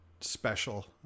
special